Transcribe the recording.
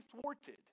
thwarted